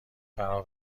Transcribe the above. فرا